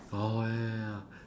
oh ya ya ya